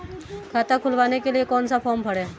खाता खुलवाने के लिए कौन सा फॉर्म भरें?